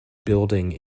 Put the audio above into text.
building